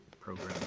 program